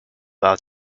out